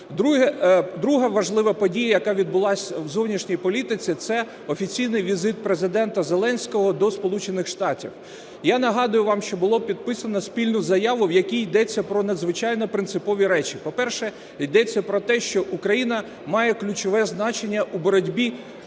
Друга важлива подія, яка відбулась в зовнішній політиці, – це офіційний візит Президента Зеленського до Сполучених Штатів. Я нагадую вам, що було підписано спільну заяву, в якій ідеться про надзвичайно принципові речі. По-перше, йдеться про те, що Україна має ключове значення у боротьбі